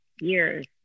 years